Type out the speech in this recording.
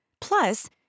Plus